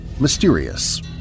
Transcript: mysterious